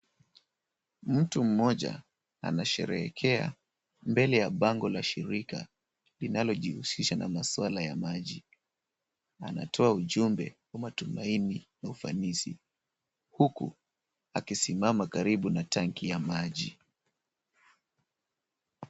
Mtu mmoja anasherehekea mbele ya bango la shirika linalojihusisha na maswala ya maji. Anatoa ujumbe kwa matumaini na ufanisi, huku akisimama karibu na tanki ya maji.